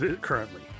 currently